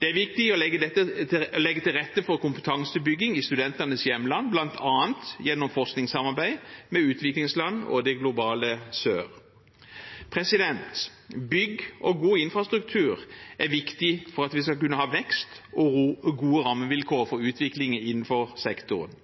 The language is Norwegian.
Det er viktig å legge til rette for kompetansebygging i studentenes hjemland, bl.a. gjennom forskningssamarbeid med utviklingsland og det globale sør. Bygg og god infrastruktur er viktig for at vi skal kunne ha vekst og gode rammevilkår for utvikling innen sektoren.